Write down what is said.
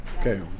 Okay